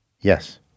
Yes